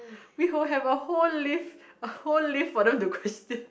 we all have a whole list a whole list for them to question